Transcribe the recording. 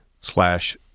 slash